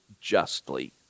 justly